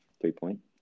Three-point